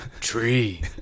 Tree